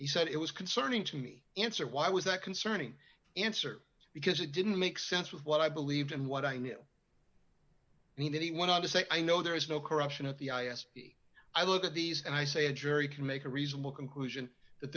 he said it was concerning to me answer why was that concerning answer because it didn't make sense with what i believed and what i knew and he went on to say i know there is no corruption of the i asked i look at these and i say a jury can make a reasonable conclusion that